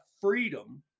freedom